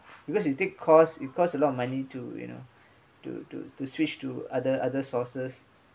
because it takes cost it costs a lot of money to you know to to to switch to other other sources